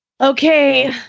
Okay